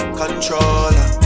controller